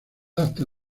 hasta